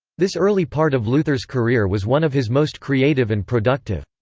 this early part of luther's career was one of his most creative and productive.